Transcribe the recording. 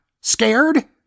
scared